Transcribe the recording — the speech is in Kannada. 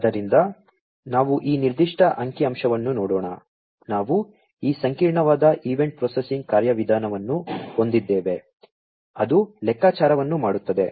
ಆದ್ದರಿಂದ ನಾವು ಈ ನಿರ್ದಿಷ್ಟ ಅಂಕಿಅಂಶವನ್ನು ನೋಡೋಣ ನಾವು ಈ ಸಂಕೀರ್ಣವಾದ ಈವೆಂಟ್ ಪ್ರೊಸೆಸಿಂಗ್ ಕಾರ್ಯವಿಧಾನವನ್ನು ಹೊಂದಿದ್ದೇವೆ ಅದು ಲೆಕ್ಕಾಚಾರವನ್ನು ಮಾಡುತ್ತದೆ